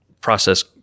process